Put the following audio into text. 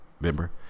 Remember